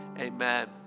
amen